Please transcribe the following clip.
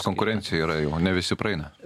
konkurencija yra jau ne visi praeina